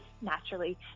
naturally